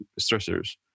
stressors